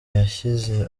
yashyize